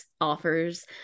offers